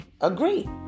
agree